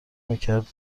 میکرد